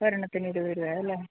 ഒരെണ്ണത്തിന് ഇരുപതു രൂപ അല്ലേ